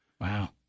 Wow